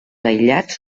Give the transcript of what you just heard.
aïllats